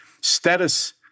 status